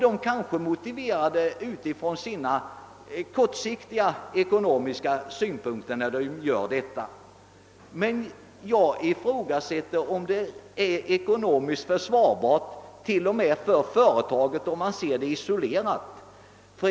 Dessa kanske motiverar detta utifrån sina kortsiktiga ekonomiska synpunkter, men jag ifrågasätter om det är ekonomiskt försvarbart ens för företaget, om man ser det isolerat.